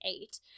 eight